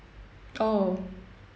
oh